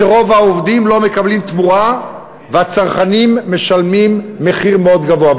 שרוב העובדים לא מקבלים תמורה והצרכנים משלמים מחיר מאוד גבוה.